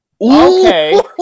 Okay